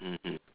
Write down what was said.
((mmhmm)